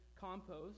compost